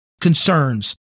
concerns